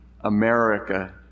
America